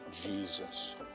Jesus